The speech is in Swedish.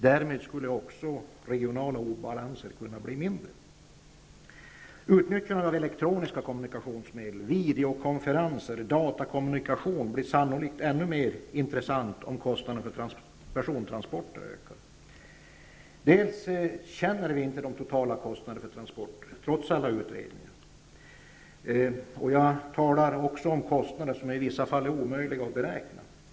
Därmed skulle också regionala obalanser kunna bli mindre. Utnyttjandet av elektroniska kommunikationsmedel, videokonferenser, datakommunikation blir sannolikt ännu mer intressant, om kostnader för persontransporter ökar. Vi känner inte till de totala kostnaderna för transporter, trots alla utredningar. Jag talar också om kostnader som i vissa fall är omöjliga att beräkna.